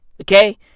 Okay